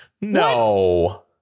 no